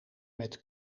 met